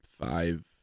five